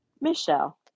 Michelle